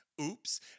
Oops